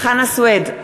חנא סוייד,